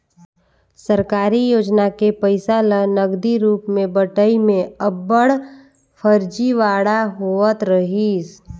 सरकारी योजना के पइसा ल नगदी रूप में बंटई में अब्बड़ फरजीवाड़ा होवत रहिस